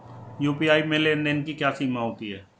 UPI में लेन देन की क्या सीमा होती है?